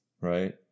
right